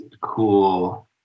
cool